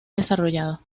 desarrollado